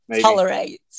Tolerate